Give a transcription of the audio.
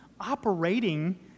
operating